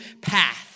path